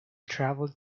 traveled